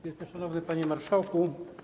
Wielce Szanowny Panie Marszałku!